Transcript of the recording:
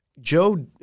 Joe